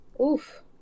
Oof